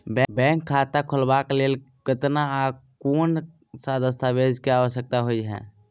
Bank खाता खोलबाबै केँ लेल केतना आ केँ कुन सा दस्तावेज केँ आवश्यकता होइ है?